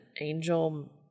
angel